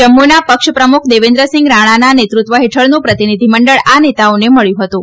જમ્મુના પક્ષ પ્રમુખ દેવેન્દ્રસિંગ રાણાના નેતૃત્વ હેઠળનું પ્રતિનિધી મંડળ આ નેતાઓને મળ્યું હતું